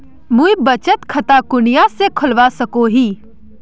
मुई बचत खता कुनियाँ से खोलवा सको ही?